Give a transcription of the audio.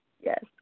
Yes